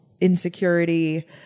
insecurity